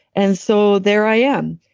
and so, there i am,